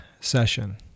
session